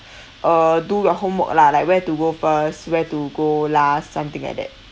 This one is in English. uh do your homework lah like where to go first where to go lah something like that